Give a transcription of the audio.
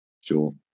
Sure